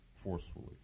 forcefully